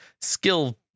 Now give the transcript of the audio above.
skill